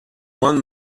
juan